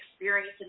experience